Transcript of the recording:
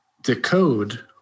decode